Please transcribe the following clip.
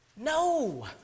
No